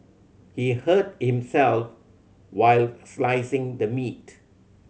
he hurt himself while slicing the meat